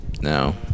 No